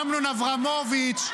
אמנון אברמוביץ',